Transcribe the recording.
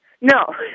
No